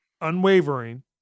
unwavering